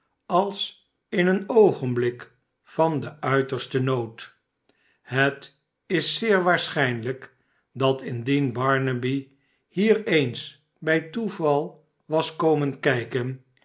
als in een oogenblik van den uitersten nood het is zeer waarschijnlijk dat indien barnaby hier eens bij toeval was komen kijken